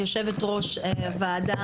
שרן,